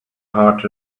heart